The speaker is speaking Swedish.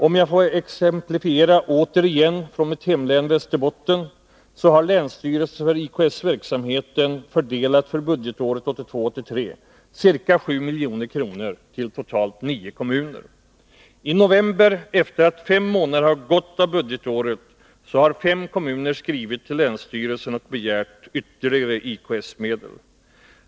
Om jag får exemplifiera återigen från mitt hemlän Västerbotten, kan jag nämna att länsstyrelsen för IKS-verksamheten har fördelat budgetåret 1982/83 ca 7 milj.kr. till totalt nio kommuner. I november, efter det att fem månader gått av budgetåret, hade fem kommuner skrivit till länsstyrelsen och begärt ytterligare IKS-medel.